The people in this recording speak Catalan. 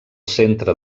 centre